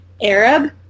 Arab